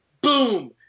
Boom